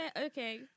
okay